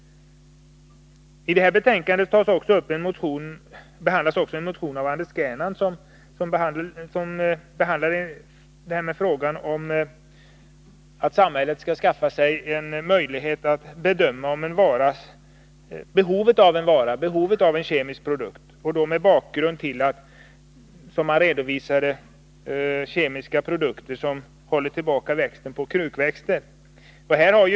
I detta betänkande behandlas också en motion av Anders Gernandt om att samhället skall skaffa sig möjlighet att bedöma behovet av en kemisk produkt. Som exempel nämner motionären en kemisk produkt som håller tillbaka tillväxten hos krukväxter.